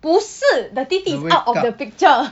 不是 the 弟弟 is out of the picture